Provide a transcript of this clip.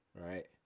right